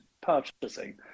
purchasing